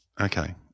Okay